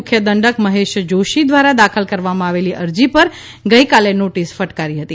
મુખ્ય દંડક મહેશ જોશી દ્વારા દાખલ કરવામાં આવેલી અરજી પર ગઈકાલે નોટિસ ફટકારી હતી